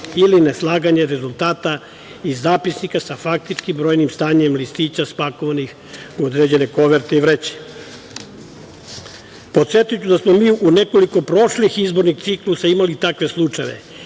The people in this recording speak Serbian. ili neslaganje rezultata iz zapisnika sa faktičkim brojnim stanjem listića spakovanim u određene koverte i vreće. Podsetiću da smo mi u nekoliko prošlih izbornih ciklusa imali i takve slučajeve